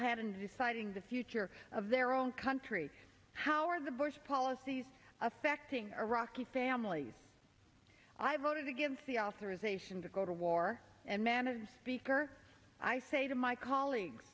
in deciding the future of their own country how are the bush policies affecting iraqi families i voted to give the authorization to go to war and manage speaker i say to my colleagues